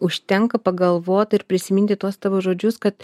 užtenka pagalvot ir prisiminti tuos tavo žodžius kad